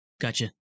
Gotcha